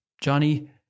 Johnny